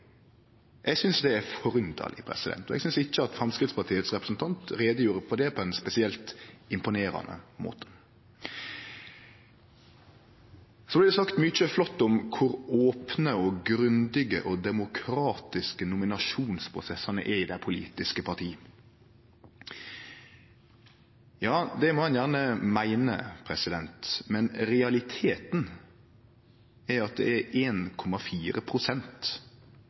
Eg synest det er forunderleg, og eg synest ikkje at Framstegspartiets representant gjorde greie for det på ein spesielt imponerande måte. Det er sagt mykje flott om kor opne og grundige og demokratiske nominasjonsprosessane er i dei politiske partia. Det må ein gjerne meine, men realiteten er at det er